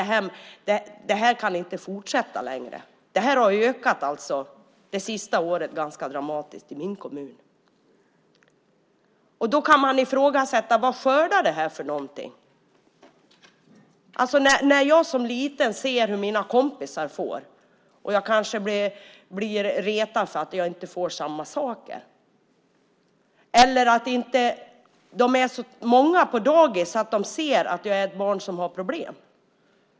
Det här kan inte fortsätta längre. Det här har ökat ganska dramatiskt i min kommun under det senaste året. Då kan man fråga: Vad skördar detta? Barn ser hur kompisarna får saker och blir kanske retade för att de inte får samma saker. På dagis är det kanske så många barn att personalen inte ser de barn som har problem.